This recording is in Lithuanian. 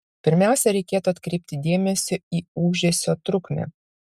pirmiausia reikėtų atkreipti dėmesį į ūžesio trukmę